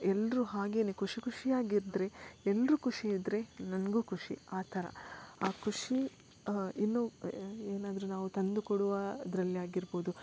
ಎಲ್ಲರು ಹಾಗೇ ಖುಷಿ ಖುಷಿಯಾಗಿದ್ದರೆ ಎಲ್ಲರು ಖುಷಿ ಇದ್ದರೆ ನನಗು ಖುಷಿ ಆ ಥರ ಆ ಖುಷಿ ಇನ್ನು ಏನಾದರು ನಾವು ತಂದು ಕೊಡುವುದರಲ್ಲಾಗಿರ್ಬೋದು